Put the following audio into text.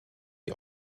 die